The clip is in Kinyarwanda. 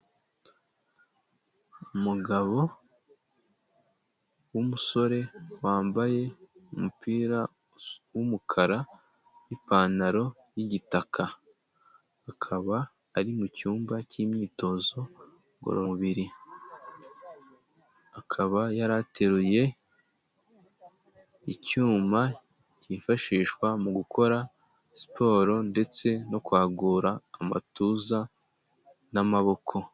Umugabo w'umusore wambaye umupira w'umukara, n'ipantaro y'igitaka. Akaba ari mu cyumba cy'imyitozo ngororamubiri, akaba yari ateruye icyuma cyifashishwa mu gukora siporo ndetse no kwagura amatuza n'amaboko.